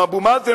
עם אבו מאזן,